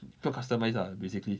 put customize ah basically